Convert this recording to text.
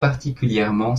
particulièrement